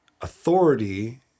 authority